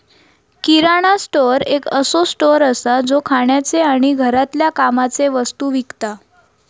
किराणा store एक असो store असा जो खाण्याचे आणि घरातल्या कामाचे वस्तु विकता